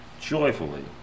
joyfully